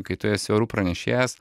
kai tu esi orų pranešėjas